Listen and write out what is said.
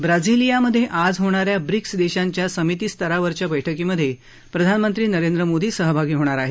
Brasilia मध्ये आज होणाऱ्या ब्रिक्स देशांच्या समिती स्तरावरच्या बैठकीमध्ये प्रधानमंत्री नरेंद्र मोदी सहभागी होणार आहेत